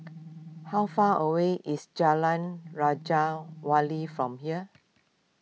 how far away is Jalan Raja Wali from here